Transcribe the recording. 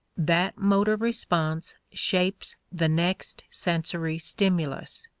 that motor response shapes the next sensory stimulus.